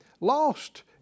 lost